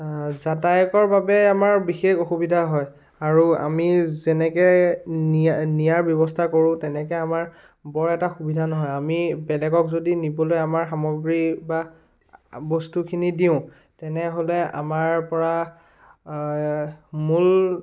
যাতায়কৰ বাবে আমাৰ বিশেষ অসুবিধা হয় আৰু আমি যেনেকৈ নিয়া নিয়াৰ ব্যৱস্থা কৰো তেনেকৈ আমাৰ বৰ এটা সুবিধা নহয় আমি বেলেগক যদি নিবলৈ আমাৰ সামগ্ৰী বা আ বস্তুখিনি দিওঁ তেনেহ'লে আমাৰ পৰা মূল